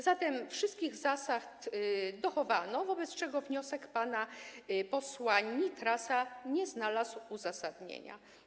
Zatem wszystkich zasad dochowano, wobec czego wniosek pana posła Nitrasa nie znalazł uzasadnienia.